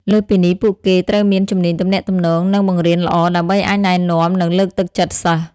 លើសពីនេះ ពួកគេត្រូវមាន ជំនាញទំនាក់ទំនង និងបង្រៀនល្អ ដើម្បីអាចណែនាំ និងលើកទឹកចិត្តសិស្ស។